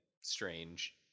Strange